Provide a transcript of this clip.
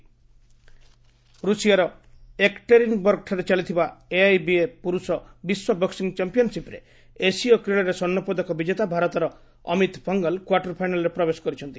boxing ରୁଷିଆର ଏକ୍ଟେରିନ୍ବର୍ଗଠାରେ ଚାଲିଥିବା ଏଆଇବିଏ ପୁରୁଷ ବିଶ୍ୱ ବକ୍ୱିଂ ଚାମ୍ପିୟନ୍ସିପ୍ରେ ଏସୀୟ କ୍ରୀଡ଼ାରେ ସ୍ୱର୍ଷ୍ଣ ପଦକ ବିଜେତା ଭାରତର ଅମିତ ପଙ୍ଗଲ୍ କ୍ୱାର୍ଟର ଫାଇନାଲ୍ରେ ପ୍ରବେଶ କରିଛନ୍ତି